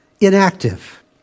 inactive